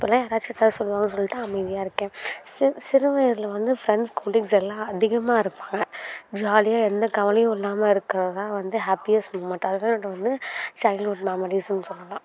இப்போல்லாம் யாராச்சும் ஏதாச்சும் சொல்லுவாங்கன்னு சொல்லிட்டு அமைதியாக இருக்கேன் ஸோ சிறு வயதில் வந்து ஃப்ரெண்ட்ஸ் கொலீக்ஸ் எல்லாம் அதிகமாக இருப்பாங்க ஜாலியாக எந்த கவலையும் இல்லாமல் இருக்கிறது தான் வந்து ஹாப்பியஸ்ட் மொமெண்ட் அது தான் என்னோட வந்து சைல்டுவுட் மெமரிஸுன்னு சொல்லலாம்